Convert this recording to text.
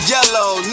Yellow